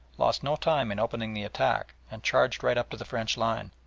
lost no time in opening the attack and charged right up to the french line.